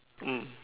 mm